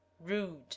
rude